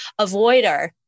avoider